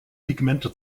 pigmente